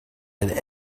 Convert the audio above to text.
and